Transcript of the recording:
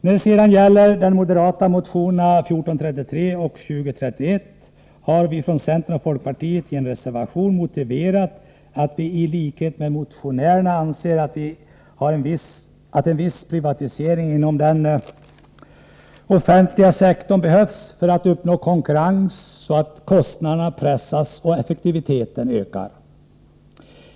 När det sedan gäller de moderata motionerna 1433 och 2031 har vi från centern och folkpartiet i en reservation motiverat att vi i likhet med motionärerna anser att en viss privatisering inom den offentliga sektorn behövs för att uppnå konkurrens så att kostnaderna pressas och effektiviteten ökar.